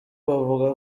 bavuga